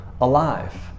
alive